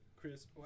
Chris